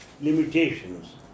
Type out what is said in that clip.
limitations